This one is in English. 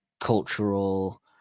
cultural